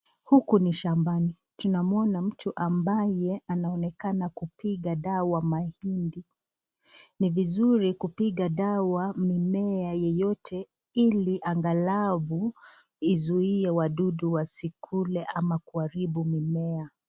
Huku ni shambani, tunamuona mtu ambaye anaonekana kupiga dawa mahindi. Ni vizuri kupiga dawa mimea yeyote, ili angalau izuie wadudu wasikule ama kuharibu mimea.